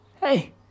Hey